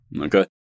Okay